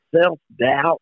self-doubt